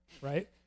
Right